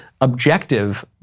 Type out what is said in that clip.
objective